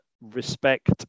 respect